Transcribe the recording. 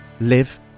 live